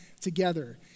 together